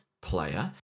player